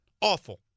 Awful